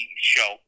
show